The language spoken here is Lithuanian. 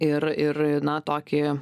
ir ir na tokį